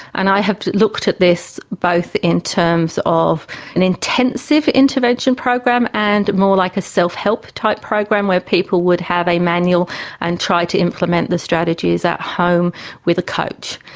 and i have looked at this both in terms of an intensive intervention program and more like a self-help type program where people would have a manual and try to implement the strategies at home with a coach.